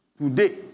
today